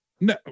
No